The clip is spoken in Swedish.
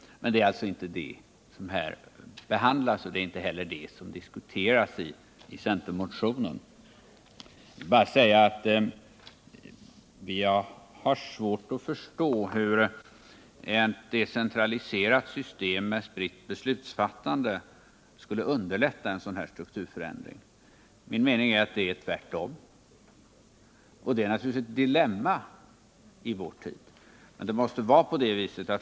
Men det är alltså inte det som behandlas i betänkandet och inte heller det som diskuteras i centermotionen. Jag har svårt att förstå hur ett decentraliserat system med spritt beslutsfattande skulle underlätta en sådan här strukturförändring. Enligt min mening är det tvärtom, och det är naturligtvis ett dilemma i vår tid.